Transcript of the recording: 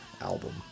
album